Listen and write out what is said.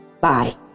Bye